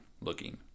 looking